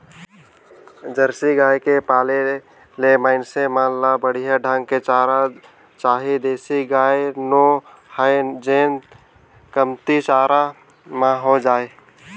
Jersey गाय के पाले ले मइनसे मन ल बड़िहा ढंग के चारा चाही देसी गाय नो हय जेन कमती चारा म हो जाय